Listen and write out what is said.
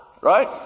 Right